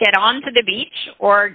get onto the beach or